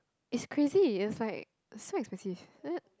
it's crazy it was like so expensive then after that